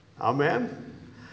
Amen